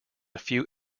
few